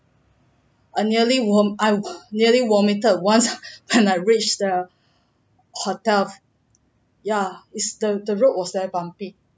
I nearly vom~ I nearly vomitted once when I reach the hotel ya is the the road was very bumpy